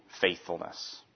faithfulness